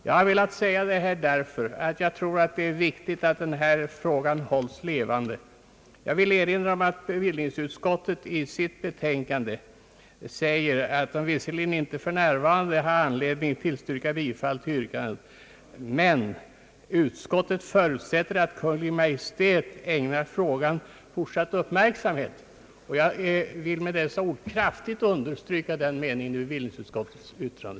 Jag har velat säga detta därför att jag tror att det är viktigt att denna fråga hålls levande. Jag vill vidare erinra om att bevillningsutskottet i sitt betänkande finner att man väl för närvarande inte har anledning att tillstyrka bifall till yrkandet om införande av särskilda avdragsregler vid beskattningen för kostnader i samband med övervakningsuppdrag men att utskottet dock förutsätter att Kungl. Maj:t ägnar frågan uppmärksamhet. Jag vill med dessa ord kraftigt understryka den meningen i bevillningsutskottets betänkande.